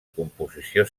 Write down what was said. composició